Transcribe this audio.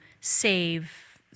save